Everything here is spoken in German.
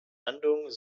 ahndung